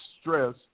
stress